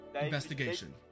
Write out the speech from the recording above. investigation